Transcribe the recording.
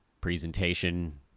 presentation